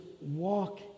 walk